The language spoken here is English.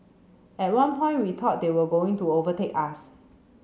at one point we thought they were going to overtake us